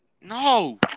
No